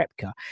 Repka